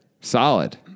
Solid